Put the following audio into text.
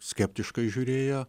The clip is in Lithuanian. skeptiškai žiūrėjo